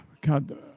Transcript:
God